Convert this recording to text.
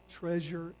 treasure